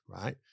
right